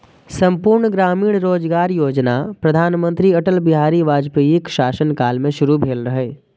संपूर्ण ग्रामीण रोजगार योजना प्रधानमंत्री अटल बिहारी वाजपेयीक शासन काल मे शुरू भेल रहै